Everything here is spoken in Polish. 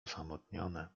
osamotnione